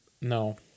No